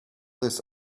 this